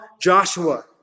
Joshua